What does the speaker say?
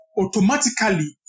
automatically